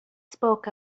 spoke